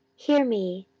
hear me,